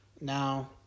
Now